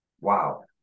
wow